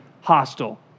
hostile